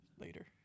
later